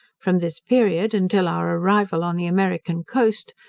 from this period, until our arrival on the american coast,